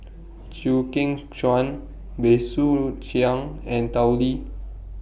Chew Kheng Chuan Bey Soo Khiang and Tao Li